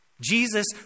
Jesus